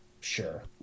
Sure